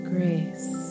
Grace